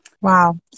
Wow